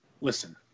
Listen